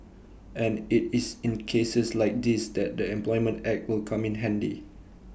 and IT is in cases like these that the employment act will come in handy